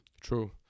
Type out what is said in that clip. True